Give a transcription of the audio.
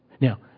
Now